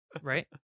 right